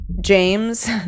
James